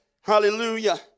Hallelujah